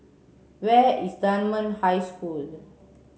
where is Dunman High School